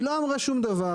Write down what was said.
היא לא אמרה שום דבר,